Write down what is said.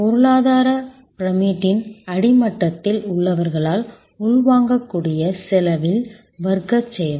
பொருளாதார பிரமிட்டின் அடிமட்டத்தில் உள்ளவர்களால் உள்வாங்கக்கூடிய செலவில் வர்க்க சேவை